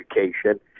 education